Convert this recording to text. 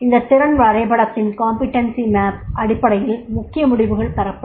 இந்த திறன் வரபடத்தின் அடிப்படையில் முக்கிய முடிவுகள் பெறப்படும்